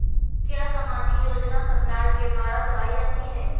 क्या सामाजिक योजना सरकार के द्वारा चलाई जाती है?